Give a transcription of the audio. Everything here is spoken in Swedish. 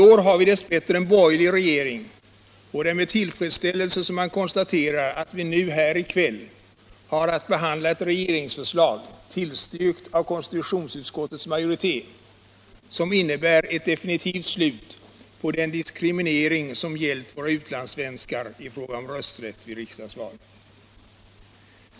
I år har vi dess bättre en borgerlig regering, och det är med tillfredsställelse man konstaterar att vi nu i kväll har att behandla ett regeringsförslag, tillstyrkt av konstitutionsutskottets majoritet, som innebär ett definitivt slut på den diskriminering som gällt våra utlandssvenskar i fråga om rösträtt vid riksdagsval.